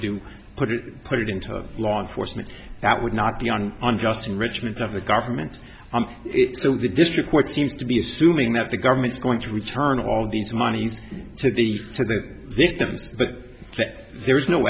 do put it put it into law enforcement that would not be on unjust enrichment of the government the district court seems to be assuming that the government's going to return all these monies to the for the victims but there is no